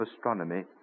astronomy